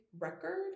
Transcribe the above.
record